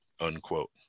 unquote